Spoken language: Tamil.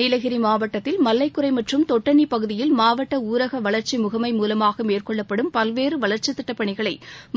நீலகிரி மாவட்டத்தில் மல்லைக்குரை மற்றும் தொட்டன்னி பகுதியில் மாவட்ட ஊரக வளர்ச்சி முகமை மூலமாக மேற்கொள்ளப்படும் பல்வேறு வளர்ச்சிப் பணிகளை